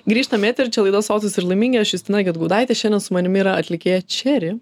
grįžtam į eterį čia laida sotūs ir laimingi aš justina gedgaudaitė šiandien su manimi yra atlikėja čeri